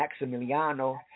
Maximiliano